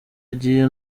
agiye